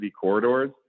corridors